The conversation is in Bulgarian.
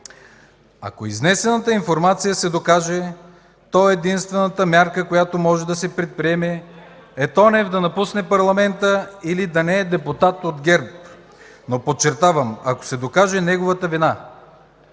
„Ако изнесената информация се докаже, то единствената мярка, която може да се предприеме, е Тонев да напусне парламента или да не е депутат от ГЕРБ. Но, подчертавам: ако се докаже неговата вина”.